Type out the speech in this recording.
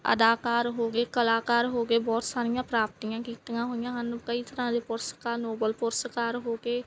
ਅਦਾਕਾਰ ਹੋ ਗਏ ਕਲਾਕਾਰ ਹੋ ਗਏ ਬਹੁਤ ਸਾਰੀਆਂ ਪ੍ਰਾਪਤੀਆਂ ਕੀਤੀਆਂ ਹੋਈਆਂ ਹਨ ਕਈ ਤਰ੍ਹਾਂ ਦੇ ਪੁਰਸਕਾਰ ਨੋਬਲ ਪੁਰਸਕਾਰ ਹੋ ਗਏ